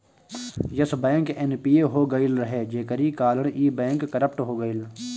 Yes bank NPA हो गईल रहे जेकरी कारण इ बैंक करप्ट हो गईल